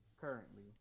currently